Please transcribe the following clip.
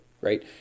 right